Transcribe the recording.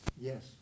Yes